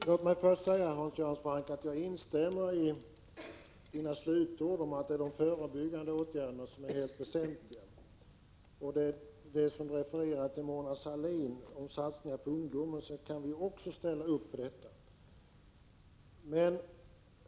Herr talman! Låt mig först säga att jag instämmer i Hans Göran Francks slutord, att det är de förebyggande åtgärderna som är de helt väsentliga. Hans Göran Franck hänvisar till Mona Sahlin och satsningarna på ungdomen, och folkpartiet ställer sig också bakom dem.